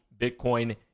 Bitcoin